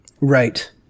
Right